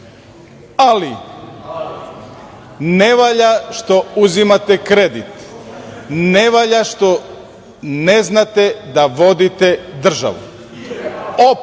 Ali, ne valja što uzimate kredit, ne valja što ne znate da vodite državu.